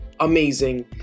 amazing